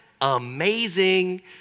amazing